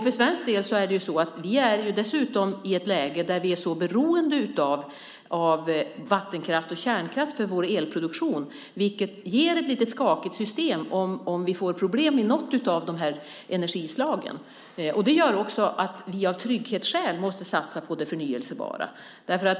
För svensk del är vi dessutom i ett läge där vi är så beroende av vattenkraft och kärnkraft för vår elproduktion, vilket ger ett lite skakigt system om vi får problem i något av de här energislagen. Av trygghetsskäl måste vi satsa på det förnybara.